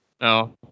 No